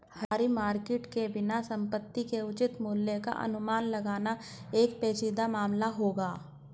हाजिर मार्केट के बिना भी संपत्ति के उचित मूल्य का अनुमान लगाना एक पेचीदा मामला होगा